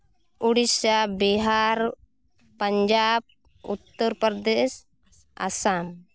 Odisha Bihar Punjab Uttar Pradesh Assam